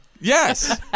Yes